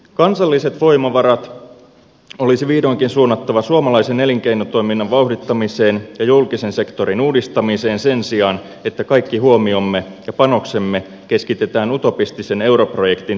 kansalliset voimavarat olisi vihdoinkin suunnattava suomalaisen elinkeinotoiminnan vauhdittamiseen ja julkisen sektorin uudistamiseen sen sijaan että kaikki huomiomme ja panoksemme keskitetään utopistisen europrojektin tekohengittämiseen